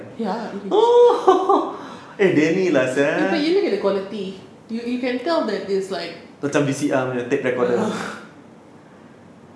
ya it is but you look at the quality you you can tell that is like a'ah